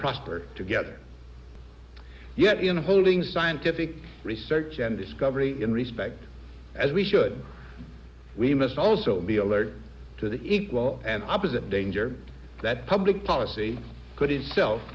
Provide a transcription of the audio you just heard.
prosper together yet in holding scientific research and discovery in respect as we should we must also be alert to the equal and opposite danger that public policy could itself